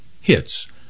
hits